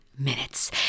Minutes